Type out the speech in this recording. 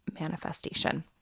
manifestation